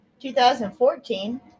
2014